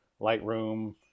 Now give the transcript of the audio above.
Lightroom